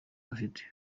bafite